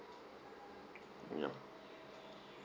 yup